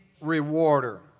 rewarder